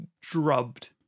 Drubbed